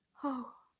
oh,